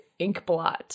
Inkblot